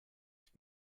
ich